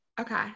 Okay